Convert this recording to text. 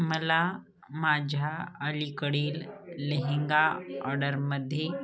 मला माझ्या अलीकडील लेहंगा ऑर्डरमध्ये